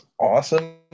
awesome